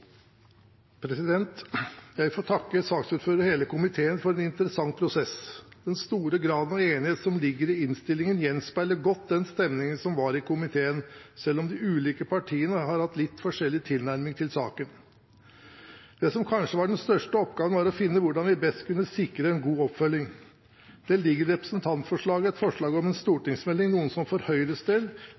Jeg vil få takke saksordføreren og hele komiteen for en interessant prosess. Den store graden av enighet som ligger i innstillingen, gjenspeiler godt den stemningen som var i komiteen, selv om de ulike partiene har hatt litt forskjellig tilnærming til saken. Det som kanskje var den største oppgaven, var å finne hvordan vi best kunne sikre en god oppfølging. Det ligger i representantforslaget et forslag om en stortingsmelding, noe som for Høyres del